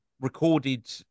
recorded